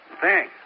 Thanks